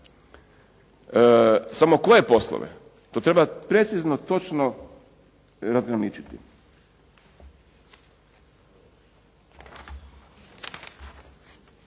samo koje poslove. To treba precizno, točno razgraničiti.